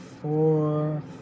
four